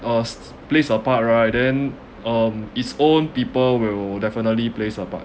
uh plays a part right then um it's own people will definitely plays a part